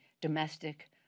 domestic